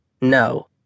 No